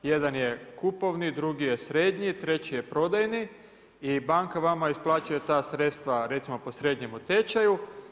Jedan je kupovni, drugi je srednji, treći je prodajni i banka vama isplaćuje ta sredstva recimo po srednjem tečaju.